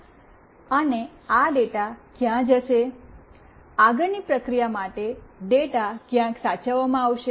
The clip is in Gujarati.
અને આ ડેટા ક્યાં જશે આગળની પ્રક્રિયા માટે ડેટા ક્યાંક સાચવવામાં આવશે